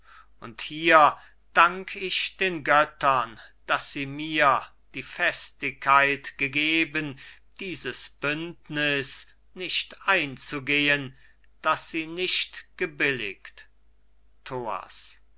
und hier dank ich den göttern daß sie mir die festigkeit gegeben dieses bündniß nicht einzugehen das sie nicht gebilligt